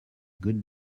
good